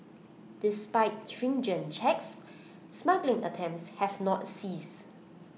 despite stringent checks smuggling attempts have not ceased